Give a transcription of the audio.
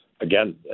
Again